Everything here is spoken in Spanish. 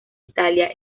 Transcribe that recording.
italia